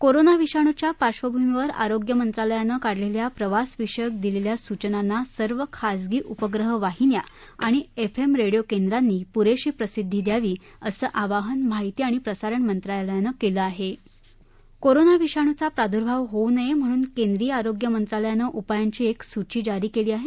corona विषाणूच्या पार्श्वभूमीवर आरोग्यमंत्रालयानं काढलख्वा प्रवासविषयक दिलेल्या सूचनांना सर्व खासगी उपग्रह वाहिन्या आणि एफ एम रडिओ केंद्रांनी पुरधी प्रसिद्धी द्यावी असं आवाहन माहिती आणि प्रसारण मंत्रालयानं दिलखीहक्त कोरोना विषाणूचा प्रादुर्भाव होऊ नये म्हणून केंद्रीय आरोग्य मंत्रालयानं उपायांची एक सूची जारी केली आहे